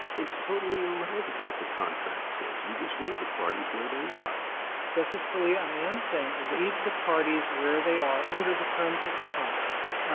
it's totally irrelevant what the contract says. you just leave the parties where they are. katyal justice scalia, i am saying leave the parties where they are under the terms of the contract.